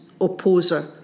opposer